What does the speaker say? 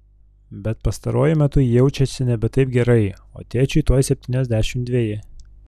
bet pastaruoju metu ji jaučiasi nebe taip gerai o tėčiui tuoj septyniasdešimt dveji